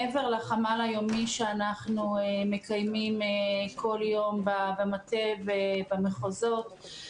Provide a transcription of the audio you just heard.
מעבר לחמ"ל היומי שאנחנו מקיימים כל יום במטה ובמחוזות,